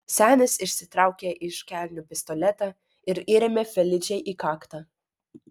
senis išsitraukė iš kelnių pistoletą ir įrėmė feličei į kaktą